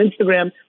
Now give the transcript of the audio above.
Instagram